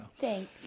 Thanks